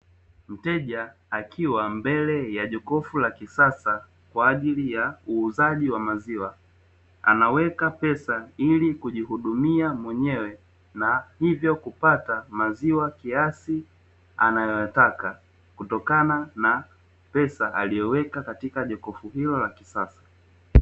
Mteja akiwa mbele ya jokofu la kisasa kwa ajili ya uuzaji wa maziwa, anaweka pesa ili kujihudumia mwenyewe, na hivyo kupata maziwa kiasi anayoyataka, kutokana na pesa aliyoweka katika jokofu hilo la kisasa.